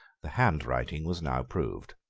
the handwriting was now proved.